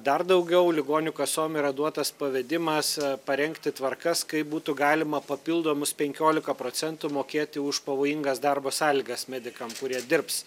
dar daugiau ligonių kasom yra duotas pavedimas parengti tvarkas kaip būtų galima papildomus penkiolika procentų mokėti už pavojingas darbo sąlygas medikam kurie dirbs